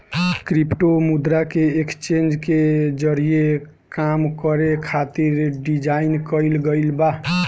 crypto मुद्रा के exchange के जरिए काम करे खातिर डिजाइन कईल गईल बा